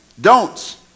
Don'ts